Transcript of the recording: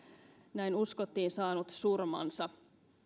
näin uskottiin saanut surmansa